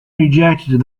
rejected